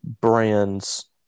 brands